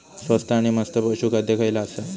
स्वस्त आणि मस्त पशू खाद्य खयला आसा?